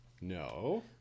No